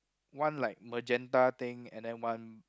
one like magenta thing and then one